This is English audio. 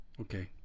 Okay